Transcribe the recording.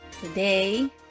Today